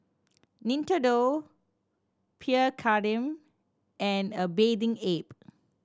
Nintendo Pierre Cardin and A Bathing Ape